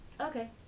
Okay